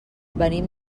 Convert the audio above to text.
venim